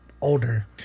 older